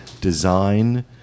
design